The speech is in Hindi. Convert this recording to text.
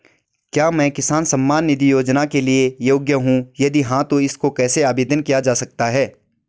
क्या मैं किसान सम्मान निधि योजना के लिए योग्य हूँ यदि हाँ तो इसको कैसे आवेदन किया जा सकता है?